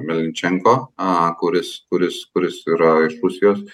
melničenko aaa kuris kuris kuris yra iš rusijos